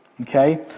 Okay